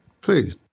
please